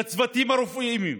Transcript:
לצוותים הרפואיים.